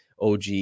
OG